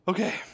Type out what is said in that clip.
Okay